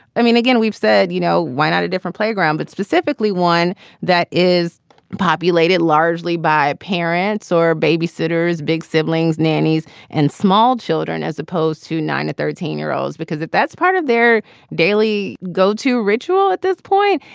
i mean, again, we've said, you know, why not a different playground, but specifically one that is populated largely by parents or babysitters, big siblings, nannies and small children, as opposed to nine at thirteen year olds. because that's part of their daily go to ritual at this point.